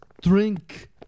drink